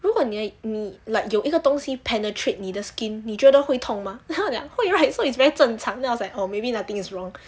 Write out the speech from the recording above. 如果你你 like 有一个东西 penetrate 你的 skin 你觉得会痛吗 then 我讲会 right so it's very 正常 then was like orh maybe nothing is wrong